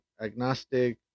agnostic